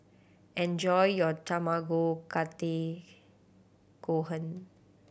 enjoy your Tamago Kake Gohan